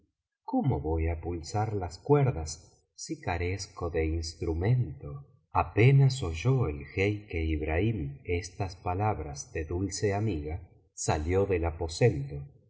cómo voy á pulsar las cuerdas si carezco de instrumento apenas oyó el jeique ibrahim estas palabras de dulce amiga salió del aposentó y